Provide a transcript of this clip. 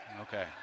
Okay